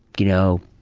you know,